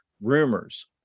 Rumors